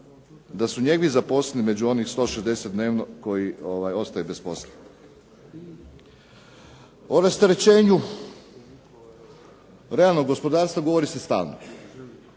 da su njegovi zaposleni među onih 160 dnevno koji ostaje bez posla. O rasterećenju realnog gospodarstva govori se stalno.